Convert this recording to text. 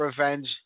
Revenge